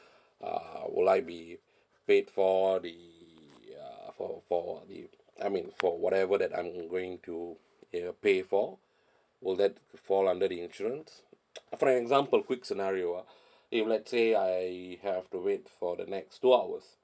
uh will I be paid for the uh for for the I mean for whatever that I'm going to you know pay for will that fall under the insurance for an example quick scenario ah if let's say I have to wait for the next two hours